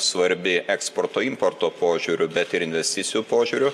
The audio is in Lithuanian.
svarbi eksporto importo požiūriu bet ir investicijų požiūriu